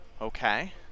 Okay